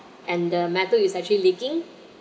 and the metal is actually leaking